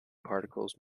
particles